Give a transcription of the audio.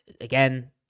again